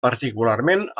particularment